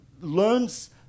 learns